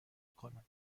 کنم